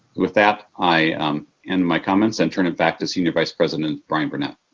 with that, i end my comments and turn it back to senior vice president brian burnett.